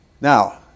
Now